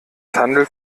handelt